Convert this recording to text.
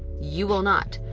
you will not.